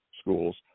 schools